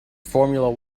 formula